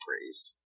praise